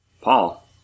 Paul